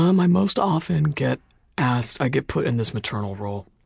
um i most often get asked, i get put in this maternal role.